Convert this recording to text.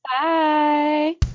Bye